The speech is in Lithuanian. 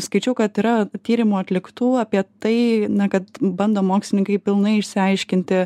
skaičiau kad yra tyrimų atliktų apie tai kad bando mokslininkai pilnai išsiaiškinti